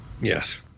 Yes